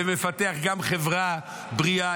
ומפתח גם חברה בריאה,